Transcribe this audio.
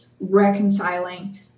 reconciling